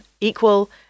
equal